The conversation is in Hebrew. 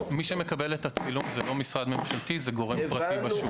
מי שמקבל את הצילום הוא לא משרד ממשלתי זה גורם פרטי בשוק.